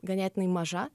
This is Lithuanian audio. ganėtinai maža